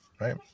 Right